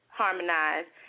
harmonized